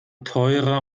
teurer